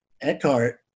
Eckhart